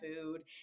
food